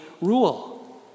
rule